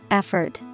effort